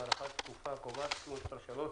(הארכת התקופה הקובעת) (תיקון מס' 3),